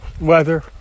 weather